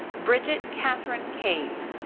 bridget katherine cave.